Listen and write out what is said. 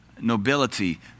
nobility